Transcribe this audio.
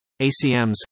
ACMs